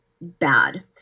bad